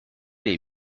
les